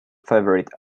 favorite